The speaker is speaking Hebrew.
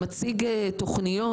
מציג תכניות.